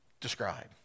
describe